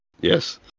Yes